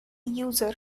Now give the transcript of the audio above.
user